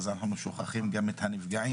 אז אנחנו שוכחים גם את הנפגעים,